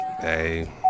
Hey